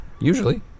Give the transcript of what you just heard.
usually